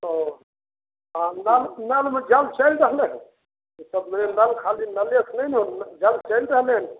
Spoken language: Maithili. तऽ नलमे जल चलि रहलै हँ खाली नले सँ नहि ने जल चलि रहलै हन